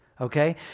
okay